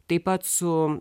taip pat su